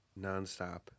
nonstop